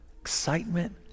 excitement